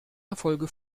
erfolge